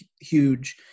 huge